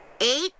Eight